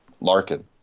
Larkin